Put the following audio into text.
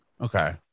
Okay